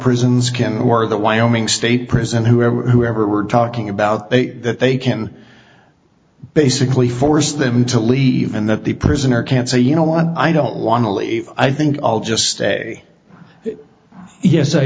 prisons can or the wyoming state prison whoever whoever we're talking about eight that they can basically force them to leave and that the prisoner can say you know what i don't want to leave i think i'll just say yes i